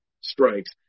strikes